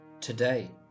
Today